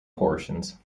portions